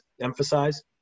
emphasize